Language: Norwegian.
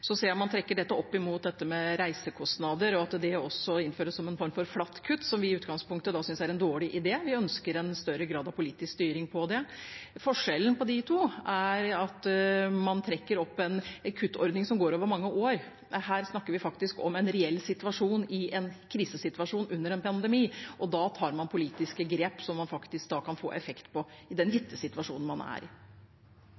Så ser jeg at man knytter dette opp mot reisekostnader – at det også innføres som en form for et flatt kutt, som vi i utgangspunktet synes er en dårlig idé. Vi ønsker en større grad av politisk styring på det. Forskjellen mellom de to er at man her har en kuttordning som går over mange år. Her snakker vi faktisk om en reell situasjon i en krisesituasjon under en pandemi, og da tar man politiske grep som man faktisk kan få effekt av i den